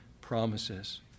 promises